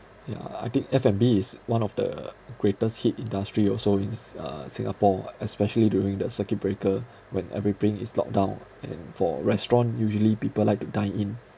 yeah I think F&B is one of the greatest hit industry also in s~ uh singapore especially during the circuit breaker when everything is locked down and for restaurant usually people like to dine in